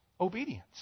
obedience